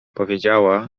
powiedziała